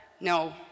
No